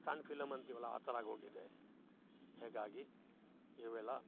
ಸಣ್ಣ ಫಿಲಮ್ ಅಂತೀವಲ್ವ ಆ ಥರ ಆಗೋಗಿದೆ ಹೀಗಾಗಿ ಇವೆಲ್ಲ